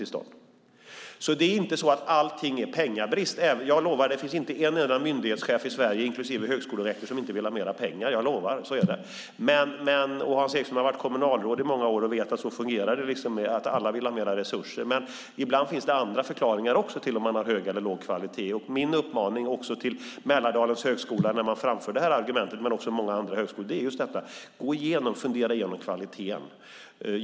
Allt handlar inte om pengabrist. Jag lovar att det inte finns en enda myndighetschef i Sverige, inklusive högskolerektorer, som inte vill ha mer pengar. Hans Ekström har varit kommunalråd i många år och vet att alla vill ha mer resurser. Men ibland finns det även andra förklaringar till hög eller låg kvalitet. Min uppmaning till Mälardalens högskola och andra högskolor som framför detta argument är: Gå igenom och fundera över kvaliteten.